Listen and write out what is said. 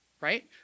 right